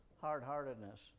hard-heartedness